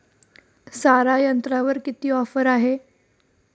सारा यंत्रावर किती ऑफर आहे?